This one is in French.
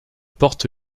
porte